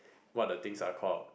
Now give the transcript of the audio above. what the things are called